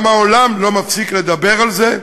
גם העולם לא מפסיק לדבר על זה.